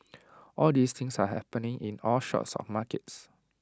all these things are happening in all sorts of markets